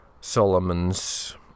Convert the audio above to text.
Solomon's